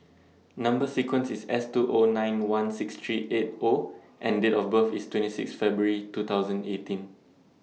Number sequence IS S two O nine one six three eight O and Date of birth IS twenty six February two thousand eighteen